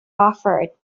offered